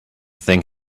thing